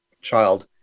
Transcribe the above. child